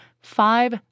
five